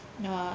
uh